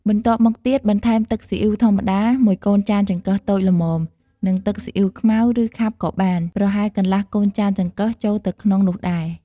បន្ទាប់មកទៀត បន្ថែមទឹកសុីអ៉ីវធម្មតាមួយកូនចានចង្កឹះតូចល្មម និងទឹកសុីអ៉ីវខ្មៅ ឬខាប់ក៏បាន ប្រហែលកន្លះកូនចានចង្កឹះចូលទៅក្នុងនោះដែរ។